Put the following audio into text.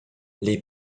les